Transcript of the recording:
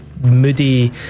moody